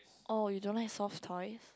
oh you don't like soft toys